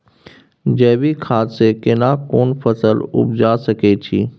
जैविक खाद से केना कोन फसल उपजा सकै छि?